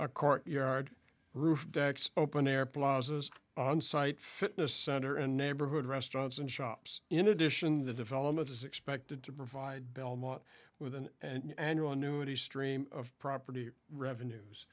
a courtyard roof decks open air plazas onsite fitness center and neighborhood restaurants and shops in addition the development is expected to provide belmont with an annual annuity stream of property revenues